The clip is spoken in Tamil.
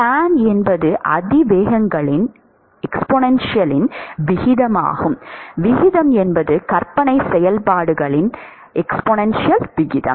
tan என்பது அதிவேகங்களின் விகிதமாகும் விகிதம் என்பது கற்பனைச் செயல்பாடுகளின் அதிவேக விகிதம்